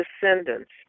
descendants